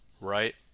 right